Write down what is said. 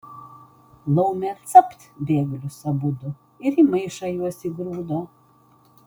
laumė capt bėglius abudu ir į maišą juos įgrūdo